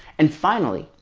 and finally,